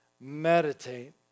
Meditate